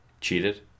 Cheated